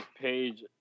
page